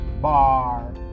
bar